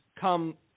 come